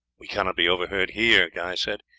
we cannot be overheard here, guy said,